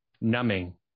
numbing